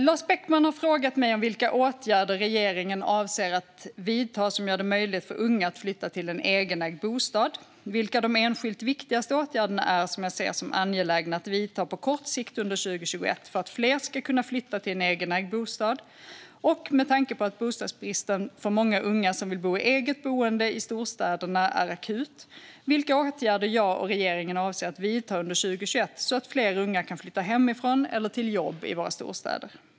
Lars Beckman har frågat mig vilka åtgärder regeringen avser att vidta som gör det möjligt för unga att flytta till en egenägd bostad, vilka de enskilt viktigaste åtgärderna är som jag ser som angelägna att vidta på kort sikt under 2021 för att fler ska kunna flytta till en egenägd bostad och, med tanke på att bostadsbristen för många unga som vill bo i eget boende i storstäderna är akut, vilka åtgärder jag och regeringen avser att vidta under 2021 så att fler unga kan flytta hemifrån eller till jobb i våra storstäder.